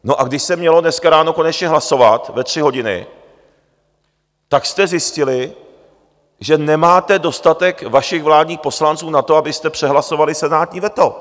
No a když se mělo dneska ráno konečně hlasovat ve tři hodiny, tak jste zjistili, že nemáte dostatek vašich vládních poslanců na to, abyste přehlasovali senátní veto.